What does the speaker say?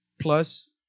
Plus